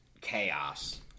chaos